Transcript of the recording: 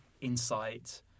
insight